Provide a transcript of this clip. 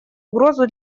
угрозу